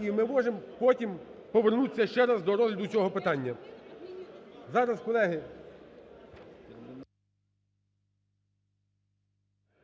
І ми можемо потім повернутися ще раз до розгляду цього питання. Зараз, колеги,